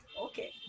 Okay